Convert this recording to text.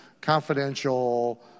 confidential